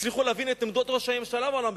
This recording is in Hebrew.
הצליחו להבין את עמדות ראש הממשלה בעולם.